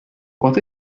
what